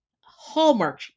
Hallmark